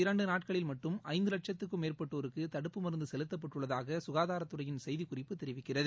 இரண்டுநாட்களில் கடந்த மட்டும் ஐந்துலட்சத்துக்கும் மேற்பட்டோருக்குதடுப்பு மருந்துசெலுத்தப்பட்டுள்ளதாகசுகாதாரத்துறையின் செய்திக்குறிப்பு தெரிவிக்கிறது